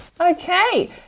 Okay